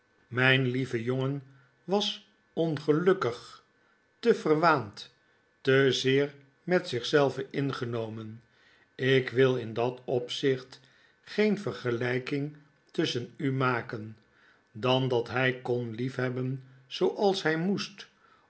myn lieve jongen was ongelukkig te verwaaud te zeer met zich zelven ingenomen ik wil in dat opzicht geen vergelyking tusschen u maken dan dat hy kon liefnebben zooals hij moest